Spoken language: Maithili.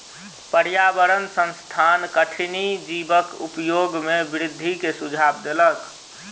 पर्यावरण संस्थान कठिनी जीवक उपयोग में वृद्धि के सुझाव देलक